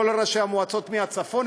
כולל ראשי המועצות מהצפון,